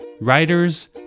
writers